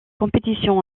compétition